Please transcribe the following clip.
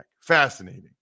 Fascinating